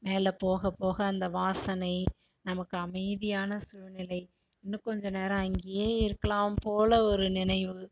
மேலே போக போக அந்த வாசனை நமக்கு அமைதியான சூழ்நிலை இன்னும் கொஞ்சம் நேரம் அங்கேயே இருக்கலாம் போல ஒரு நினைவு